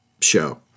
show